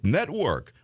Network